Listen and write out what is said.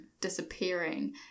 disappearing